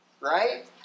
right